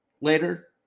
later